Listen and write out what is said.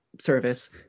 service